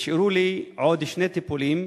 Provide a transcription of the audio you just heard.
נשארו לי עוד שני טיפולים